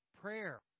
prayer